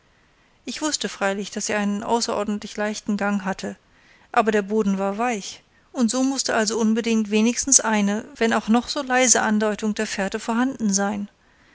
ich wußte freilich daß sie einen außerordentlich leichten gang hatte aber der boden war weich und so mußte also unbedingt wenigstens eine wenn auch noch so leise andeutung der fährte vorhanden sein